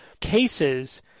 cases